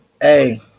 Hey